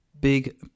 big